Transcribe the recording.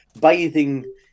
bathing